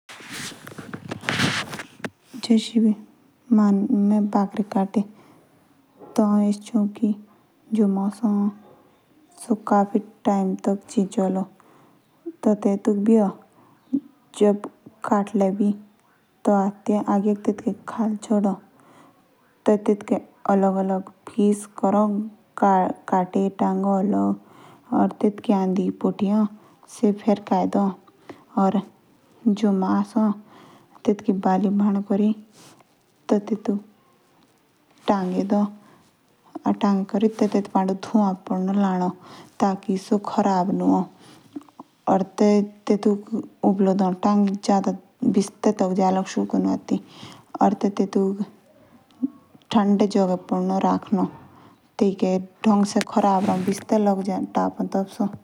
जो हमें बकरा बी काटो। तो आउ एशो चौ की जो मोसो ए टेटुक औ ज्यादा टाइम टीके चौ रखनो टी टेटुके औ फ़िरज़ दे रखदा।